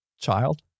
child